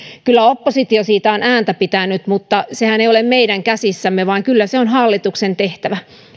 kyllä oppositio siitä on ääntä pitänyt mutta sehän ei ole meidän käsissämme vaan kyllä se on hallituksen tehtävä